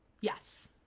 Yes